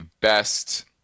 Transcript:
best